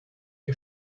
die